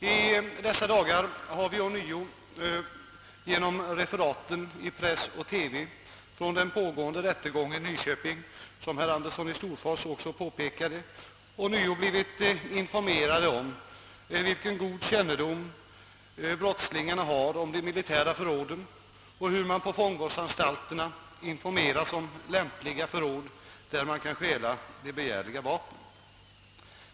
I dessa dagar har vi genom referaten i press och TV från den pågående rättegången i Nyköping — som herr Andersson i Storfors också påpekade — ånyo blivit informerade om vilken god kännedom brottslingarna har om de militära förråden och hur de på fångvårdsanstalterna får reda på lämpliga förråd där de kan stjäla de begärliga vapnen.